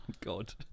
god